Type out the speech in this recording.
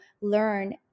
learn